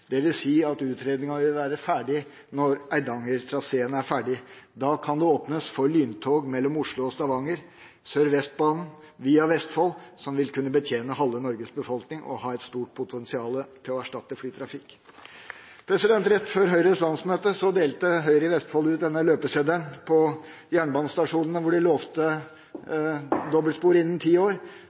dvs. at utredningen vil være ferdig når Eidangertraseen er ferdig. Da kan det åpnes for lyntog mellom Oslo og Stavanger – Sørvestbanen via Vestfold – som vil kunne betjene halve Norges befolkning og ha et stort potensial for å erstatte flytrafikk. Rett før Høyres landsmøte delte Høyre i Vestfold ut en løpeseddel på jernbanestasjonene hvor de lovte dobbeltspor innen ti år.